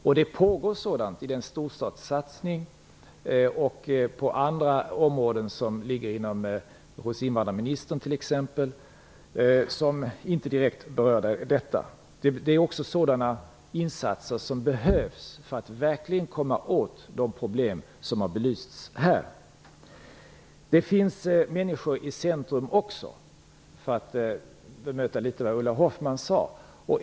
Det pågår sådant i en storstadssatsning och på andra områden. En del av detta ligger t.ex. hos invandrarministern. Detta är insatser som verkligen behövs för att komma åt de problem som har belysts här. Det finns människor i centrum också, för att bemöta det Ulla Hoffmann sade.